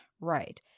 Right